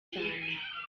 cyane